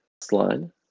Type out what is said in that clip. slide